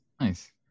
Nice